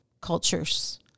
cultures